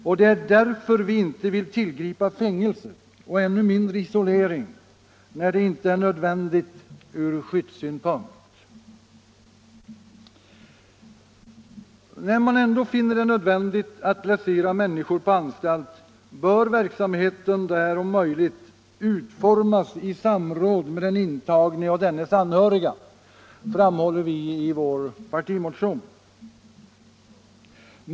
Och det är därför vi inte vill tillgripa fängelse och ännu mindre isolering då det inte är nödvändigt ur skyddssynpunkt. När man ändå finner det nödvändigt att placera människor på anstalt bör verksamheten där om möjligt utformas i samråd med den intagne och dennes anhöriga, framhåller vi i vår partimotion.